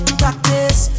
practice